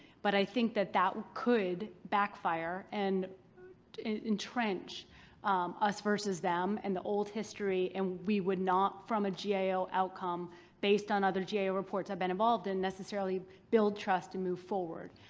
but i think that that could backfire and entrench us versus them in and the old history and we would not, from a gao outcome based on other gao reports i've been involved in, necessarily build trust and move forward.